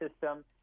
system